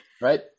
Right